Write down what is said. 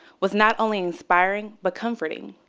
was not only inspireing but comforting.